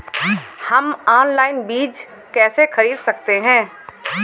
हम ऑनलाइन बीज कैसे खरीद सकते हैं?